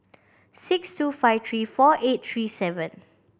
six two five three four eight three seven